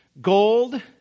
gold